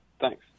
Thanks